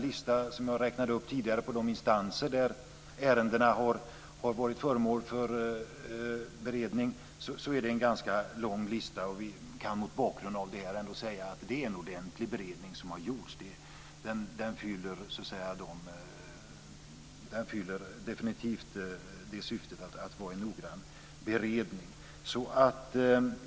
Jag har även räknat upp de instanser där ärendet har varit föremål för beredning, och det var en ganska lång lista. Mot bakgrund av detta kan vi ändå säga att det är en ordentlig beredning som har gjorts. Den fyller definitivt syftet att vara en noggrann beredning.